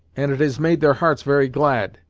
and it has made their hearts very glad.